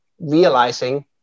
realizing